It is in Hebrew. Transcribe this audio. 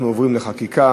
אנחנו עוברים לחקיקה.